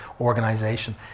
Organization